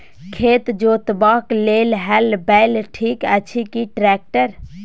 खेत जोतबाक लेल हल बैल ठीक अछि की ट्रैक्टर?